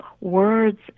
words